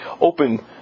open